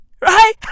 Right